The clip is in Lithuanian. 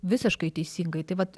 visiškai teisingai tai vat